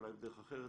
אולי בדרך אחרת,